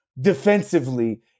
defensively